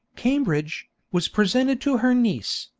cambridge, was presented to her niece,